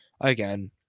again